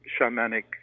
shamanic